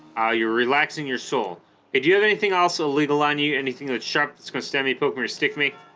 you're relaxing your soul it do you have anything also legal on you anything that's sharp that's gonna stab me poke me or stick me